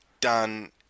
done